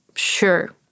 Sure